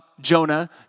Jonah